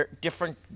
Different